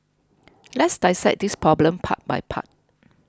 let's dissect this problem part by part